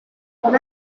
con